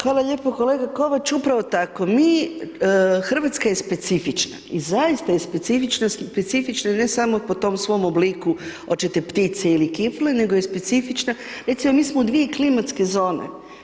Hvala lijepa, kolega Kovač upravo tako, mi Hrvatska je specifična i zaista je specifična ne samo po tom svom obliku očete ptice ili kifle, nego je specifična, recimo mi smo u dvije klimatske zone.